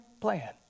plan